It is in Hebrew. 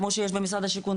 כמו שיש במשרד השיכון,